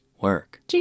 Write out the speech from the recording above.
work